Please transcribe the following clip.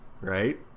right